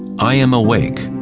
i am awake.